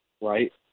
Right